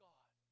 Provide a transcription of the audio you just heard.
God